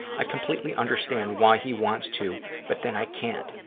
i completely understand why he wants to, but then i can't.